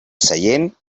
seient